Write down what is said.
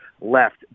left